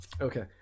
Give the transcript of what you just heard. Okay